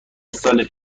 سال